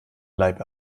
leib